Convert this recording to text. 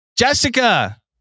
Jessica